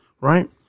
right